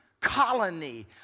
colony